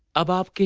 about